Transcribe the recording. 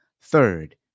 Third